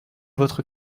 votre